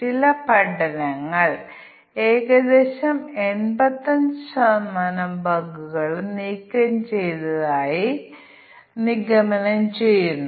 പ്രശ്ന പ്രസ്താവനയിൽ വ്യക്തമായിട്ടുള്ള ധാരാളം തീരുമാനങ്ങൾ എടുക്കുമ്പോൾ ഇൻപുട്ട് അവസ്ഥകളുടെ ചില കോമ്പിനേഷനുകളെ ആശ്രയിച്ച് വ്യത്യസ്ത പ്രവർത്തനങ്ങൾ നടക്കുന്നു